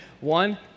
One